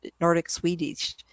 Nordic-Swedish